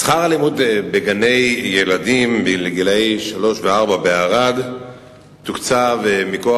שכר הלימוד בגני-ילדים לגילאי שלוש וארבע בערד תוקצב מכוח